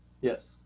Yes